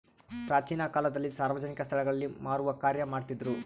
ಪ್ರಾಚೀನ ಕಾಲದಲ್ಲಿ ಸಾರ್ವಜನಿಕ ಸ್ಟಳಗಳಲ್ಲಿ ಮಾರುವ ಕಾರ್ಯ ಮಾಡ್ತಿದ್ರು